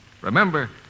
Remember